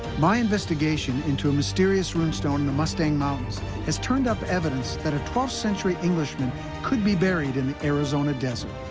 my investigation into a mysterious rune stone in the mustang mountains has turned up evidence that a twelfth century englishman could be buried in the arizona desert.